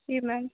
जी ma'am